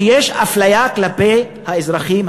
שיש אפליה כלפי האזרחים,